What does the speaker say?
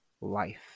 life